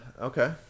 Okay